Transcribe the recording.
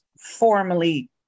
formally